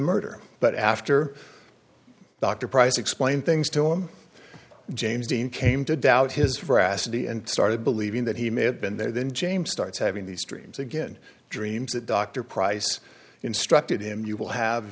murder but after dr price explain things to him james dean came to doubt his veracity and started believing that he may have been there then james starts having these dreams again dreams that dr price instructed him you will have